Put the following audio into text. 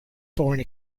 foreign